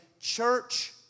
church